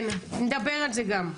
כן, נדבר על זה גם.